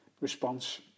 response